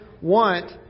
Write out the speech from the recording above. want